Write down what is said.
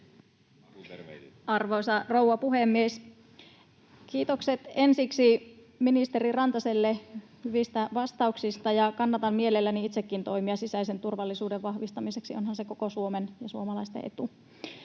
Arvoisa rouva puhemies! Kiitokset ensiksi ministeri Rantaselle hyvistä vastauksista. Kannatan mielelläni itsekin toimia sisäisen turvallisuuden vahvistamiseksi, onhan se koko Suomen ja suomalaisten etu.